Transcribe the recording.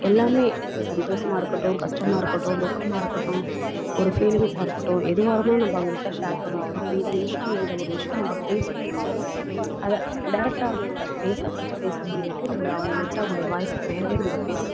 எல்லாமே சந்தோஷமா இருக்கட்டும் கஷ்டமா இருக்கட்டும் துக்கமாக இருக்கட்டும் ஒரு ஃபீலிங்ஸாக இருக்கட்டும் எதுவாக இருந்தாலும் நம்ம அவங்கள்ட்ட ஷேர் பண்ணிக்கிறோம் இந்த நிமிஷம் இந்த ஒரு விஷயம் நம்ம பேசணும் நினச்சாலும் அதை டேரெக்ட்டாக அவங்கள்கிட்ட ஃபேஸை பார்த்து பேச முடியாட்டியும் நம்ம அவங்கள்கிட்ட அவர்களுடைய வாய்ஸ்க்கு நேரடியாக நம்ம பேசுகிறோம்